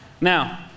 Now